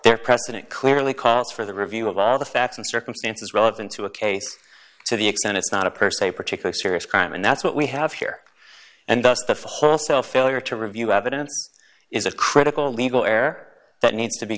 their president clearly calls for the review of all the facts and circumstances relevant to a case to the extent it's not a person a particular serious crime and that's what we have here and thus the wholesale failure to review evidence is a critical legal heir that needs to be